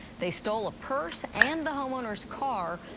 they stole a purse and the homeowner's car.